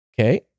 okay